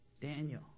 Daniel